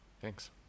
thanks